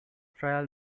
trials